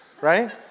right